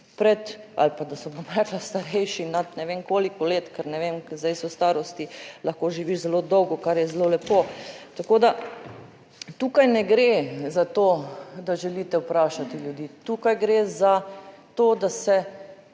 ali pa da so, bom rekla, starejši nad ne vem koliko let, ker ne vem, zdaj so v starosti, lahko živiš zelo dolgo, kar je zelo lepo. Tako da, tukaj ne gre za to, da želite vprašati ljudi. Tukaj gre za to, da se,